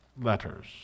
letters